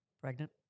Pregnant